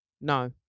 no